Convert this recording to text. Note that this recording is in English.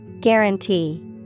Guarantee